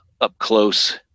up-close